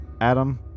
Adam